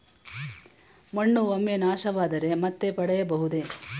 ಮಣ್ಣು ಒಮ್ಮೆ ನಾಶವಾದರೆ ಮತ್ತೆ ಪಡೆಯಬಹುದೇ?